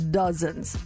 dozens